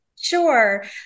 Sure